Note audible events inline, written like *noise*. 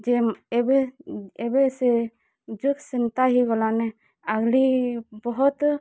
ଏବେ ସେ *unintelligible* ସେନ୍ତା ହେଇଗଲା ନେ ଆଘ୍ଲି ବହୁତ୍